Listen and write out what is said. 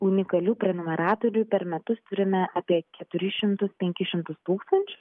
unikalių prenumeratorių per metus turime apie keturis šimtus penkis šimtus tūkstančių